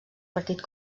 partit